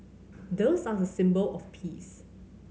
doves are the symbol of peace